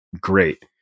great